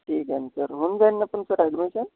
ठीक आहे ना सर होऊन जाईन ना पण सर ॲडमिशन